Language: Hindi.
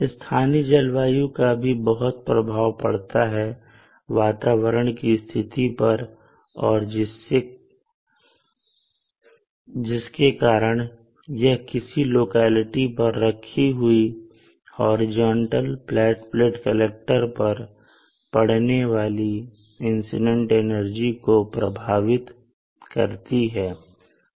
स्थानीय जलवायु का भी बहुत प्रभाव पड़ता है वातावरण की स्थिति पर और जिसके कारण यह किसी लोकेलिटी पर रखी हुई हॉरिजेंटल प्लेट कलेक्टर पर पढ़ने वाली इंसीडेंट एनर्जी को प्रभावित करती है